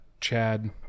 chad